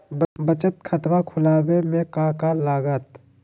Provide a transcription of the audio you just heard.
बचत खाता खुला बे में का का लागत?